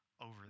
over